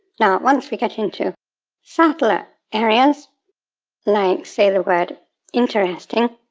now, once we get into subtler areas like, say, the word interesting,